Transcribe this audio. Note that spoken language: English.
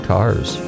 Cars